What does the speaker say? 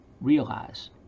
realize